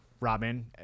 Robin